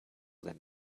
that